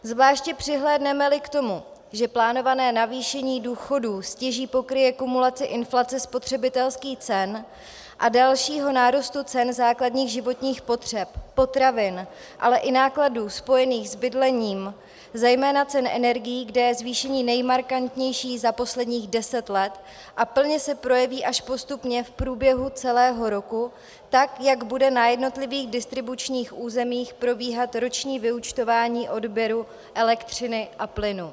Zvláště přihlédnemeli k tomu, že plánované navýšení důchodů stěží pokryje kumulaci inflace spotřebitelských cen a dalšího nárůstu cen základních životních potřeb potravin, ale i nákladů spojených s bydlením, zejména cen energií, kde je zvýšení nejmarkantnější za posledních 10 let a plně se projeví až postupně v průběhu celého roku, tak jak bude na jednotlivých distribučních územích probíhat roční vyúčtování odběru elektřiny a plynu.